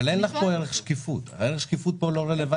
אבל אין פה שקיפות, שקיפות פה היא לא רלבנטית.